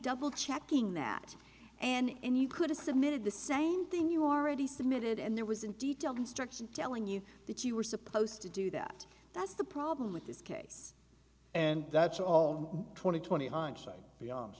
double checking that and you could have submitted the same thing you already submitted and there was in detailed instructions telling you that you were supposed to do that that's the problem with this case and that's all twenty twenty hindsight beyond